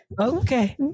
Okay